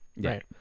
right